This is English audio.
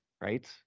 right